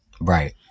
Right